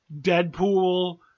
Deadpool